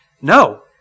No